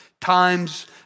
times